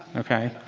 ok?